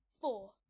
Four